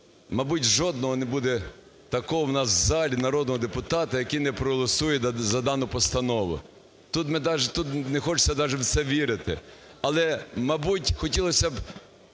мабуть, жодного не буде такого в нас в залі народного депутата, який не проголосує за дану постанову. Тут не хочеться даже в це вірити. Але, мабуть, хотілося б